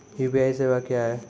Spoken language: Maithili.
यु.पी.आई सेवा क्या हैं?